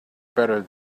better